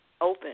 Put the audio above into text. open